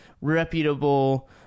reputable